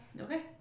Okay